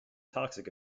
toxic